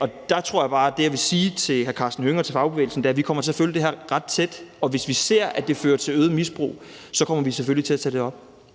Og der tror jeg bare, at det, jeg vil sige, til hr. Karsten Hønge og til fagbevægelsen, er, at vi kommer til at følge det her ret tæt, og hvis vi ser, at det fører til øget misbrug, så kommer vi selvfølgelig til at tage det op.